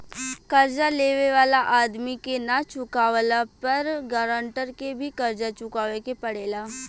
कर्जा लेवे वाला आदमी के ना चुकावला पर गारंटर के भी कर्जा चुकावे के पड़ेला